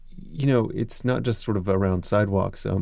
you know it's not just sort of around sidewalks. um